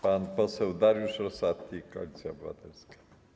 Pan poseł Dariusz Rosati, Koalicja Obywatelska.